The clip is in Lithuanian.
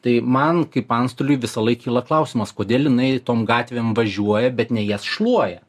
tai man kaip antstoliui visąlaik kyla klausimas kodėl jinai tom gatvėm važiuoja bet ne jas šluoja